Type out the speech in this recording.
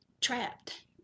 trapped